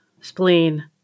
spleen